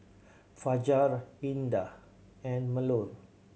Fajar Indah and Melur